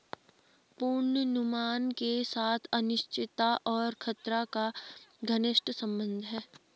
पूर्वानुमान के साथ अनिश्चितता और खतरा का घनिष्ट संबंध है